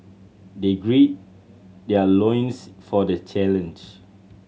they gird their loins for the challenge